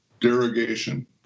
derogation